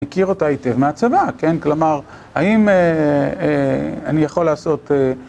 אני מכיר אותה היטב מהצבא, כן, כלומר, האם אני יכול לעשות...